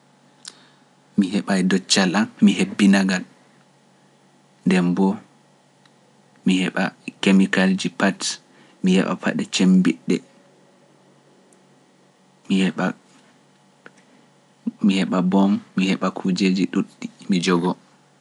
Mi heɓa doccal, mi hebbina ngal, nden bo, mi heɓa kemikarji pat, mi heɓa paɗe cembiɗɗe, mi heɓa boom, mi heɓa kujeeji ɗuuɗɗi, mi jogo.